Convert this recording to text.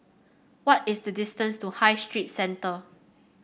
what is the distance to High Street Centre